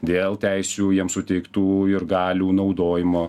dėl teisių jiems suteiktų ir galių naudojimo